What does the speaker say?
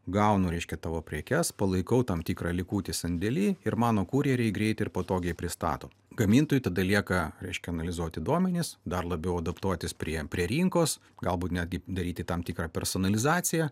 gaunu reiškia tavo prekes palaikau tam tikrą likutį sandėly ir mano kurjeriai greit ir patogiai pristato gamintojui tada lieka reiškia analizuoti duomenis dar labiau adaptuotis prie prie rinkos galbūt netgi daryti tam tikrą personalizaciją